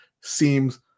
seems